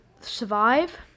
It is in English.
survive